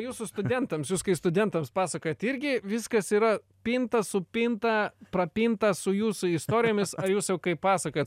jūsų studentams jūs kai studentams pasakojat irgi viskas yra pinta supinta prapinta su jūsų istorijomis a jūs jau kai pasakojat